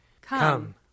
Come